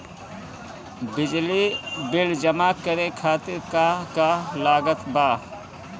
बिजली बिल जमा करे खातिर का का लागत बा?